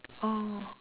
oh